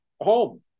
home